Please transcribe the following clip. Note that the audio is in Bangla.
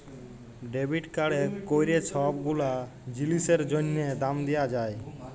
ডেবিট কাড়ে ক্যইরে ছব গুলা জিলিসের জ্যনহে দাম দিয়া যায়